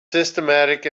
systematic